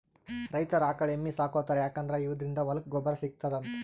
ರೈತರ್ ಆಕಳ್ ಎಮ್ಮಿ ಸಾಕೋತಾರ್ ಯಾಕಂದ್ರ ಇವದ್ರಿನ್ದ ಹೊಲಕ್ಕ್ ಗೊಬ್ಬರ್ ಸಿಗ್ತದಂತ್